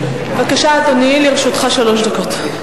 בבקשה, אדוני, לרשותך שלוש דקות.